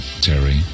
Terry